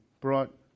brought